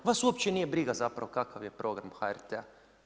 Vas uopće nije briga zapravo kakav je program HRT-a.